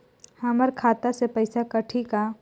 हमर खाता से पइसा कठी का?